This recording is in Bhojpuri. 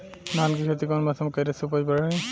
धान के खेती कौन मौसम में करे से उपज बढ़ी?